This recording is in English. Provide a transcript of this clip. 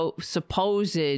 supposed